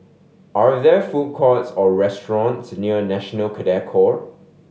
are there food courts or restaurants near National Cadet Corp